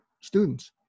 students